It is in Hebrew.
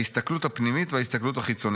ההסתכלות הפנימית וההסתכלות החיצונית.